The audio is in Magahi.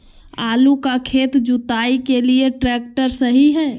आलू का खेत जुताई के लिए ट्रैक्टर सही है?